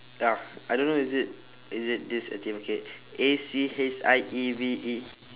ya I don't know is it is it this achieve okay A C H I E V E